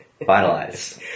finalize